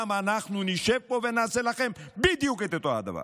גם אנחנו נשב פה ונעשה לכם בדיוק את אותו הדבר.